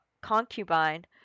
concubine